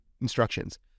instructions